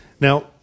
Now